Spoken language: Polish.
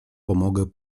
pomogę